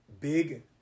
big